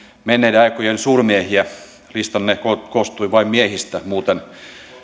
menneiden aikojen suurmiehiä listanne koostui vain miehistä muuten